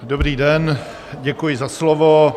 Dobrý den, děkuji za slovo.